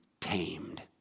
tamed